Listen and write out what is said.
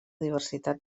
diversitat